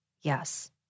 Yes